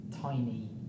tiny